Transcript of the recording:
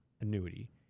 annuity